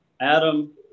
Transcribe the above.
Adam